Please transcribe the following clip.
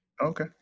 okay